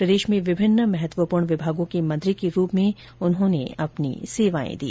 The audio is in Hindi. प्रदेश में विभिन्न महत्वपूर्ण विभागों के मंत्री के रूप में उन्होंने अपनी सेवाएं दी